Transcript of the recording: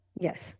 Yes